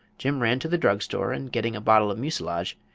jim ran to the drug store, and, getting a bottle of mucilage,